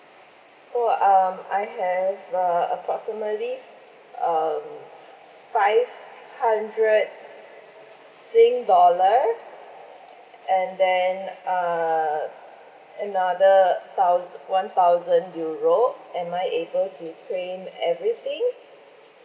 oh um I have uh approximately um five hundred sing dollar and then uh another thous~ one thousand euro am I able to claim everything